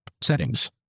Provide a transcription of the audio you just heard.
Settings